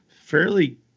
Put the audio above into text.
fairly